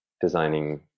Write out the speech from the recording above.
designing